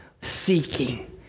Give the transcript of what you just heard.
seeking